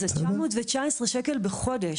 זה 919 שקלים בחודש.